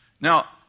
Now